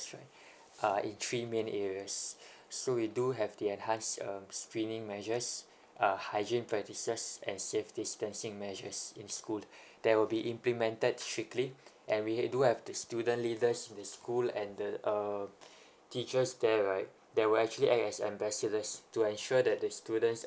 that's right uh in three main areas so we do have the enhance um screening measures uh hygiene practices and safe distancing measures in school they will be implemented strictly and we do have the student leaders in the school and the uh teachers there right they will actually act as ambassadors to ensure that the students